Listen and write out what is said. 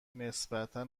نسبتا